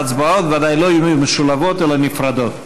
ההצבעות בוודאי לא יהיו משולבות אלא נפרדות.